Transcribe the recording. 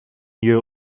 year